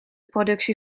productie